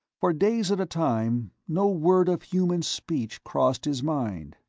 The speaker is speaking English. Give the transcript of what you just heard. for days at a time, no word of human speech crossed his mind.